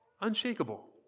Unshakable